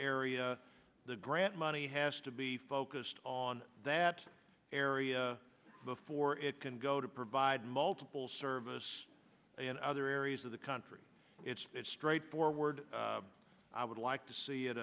area the grant money has to be focused on that area before it can go to provide multiple services in other areas of the country it's that straightforward i would like to see it